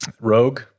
Rogue